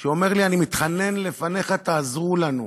שאמר לי: אני מתחנן לפניך, תעזרו לנו.